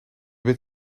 bent